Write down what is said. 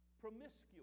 promiscuous